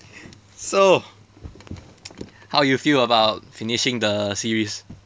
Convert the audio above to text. so how you feel about finishing the series